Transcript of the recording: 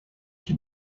qui